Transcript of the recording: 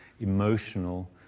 emotional